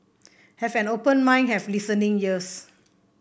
have an open mind have listening ears